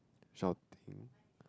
shout